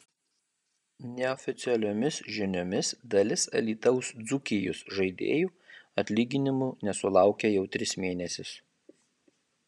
neoficialiomis žiniomis dalis alytaus dzūkijos žaidėjų atlyginimų nesulaukia jau tris mėnesius